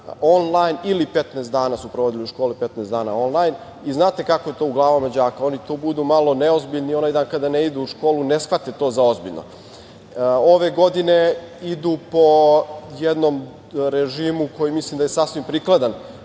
onlajn, ili 15 dana su provodili u školi, 15 dana onlajn. Znate kako je to u glavama đaka, oni tu budu malo neozbiljni i onaj dan kada ne idu u školu ne shvate to za ozbiljno. Ove godine idu po jednom režimo koji mislim da je sasvim prikladan